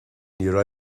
níor